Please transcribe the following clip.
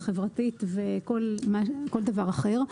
החברתית וכל דבר אחר.